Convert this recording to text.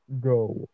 go